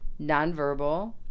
nonverbal